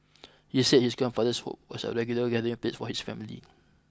he said his grandfather's home was a regular gathering place for his family